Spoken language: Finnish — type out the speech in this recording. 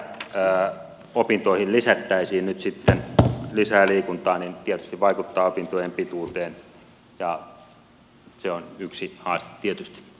se että opintoihin lisättäisiin nyt sitten liikuntaa tietysti vaikuttaa opintojen pituuteen ja se on yksi haaste tietysti lisää